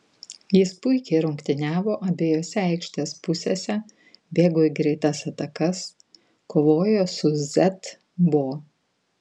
jis puikiai rungtyniavo abejose aikštės pusėse bėgo į greitas atakas kovojo su z bo